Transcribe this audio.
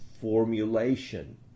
formulation